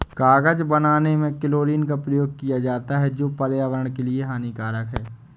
कागज बनाने में क्लोरीन का प्रयोग किया जाता है जो पर्यावरण के लिए हानिकारक है